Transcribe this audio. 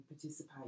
participate